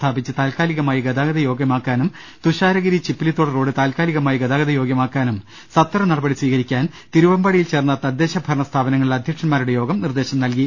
സ്ഥാപിച്ച് താത്കാലികമായി ഗതാഗതയോഗ്യമാക്കുന്നതിനും തുഷാരഗിരി ചിപ്പിലി ത്തോട് റോഡ് താത്കാലികമായി ഗതാഗത യോഗ്യമാ ക്കുന്നതിനും സത്വര നടപടികൾ സ്വീകരിക്കാൻ തിരുവമ്പാടിയിൽ ചേർന്ന തദ്ദേശ ഭരണ സ്ഥാപനങ്ങ ളിലെ അധ്യക്ഷന്മാരുടെ യോഗം നിർദേശം നൽകി